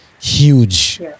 huge